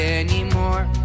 anymore